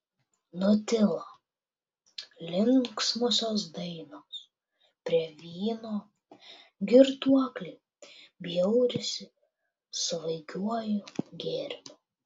nutilo linksmosios dainos prie vyno girtuokliai bjaurisi svaigiuoju gėrimu